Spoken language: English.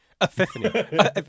epiphany